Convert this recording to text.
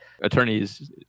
attorneys